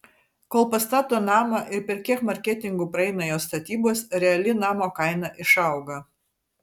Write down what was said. kol pastato namą ir per kiek marketingų praeina jo statybos reali namo kaina išauga